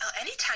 anytime